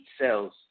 cell's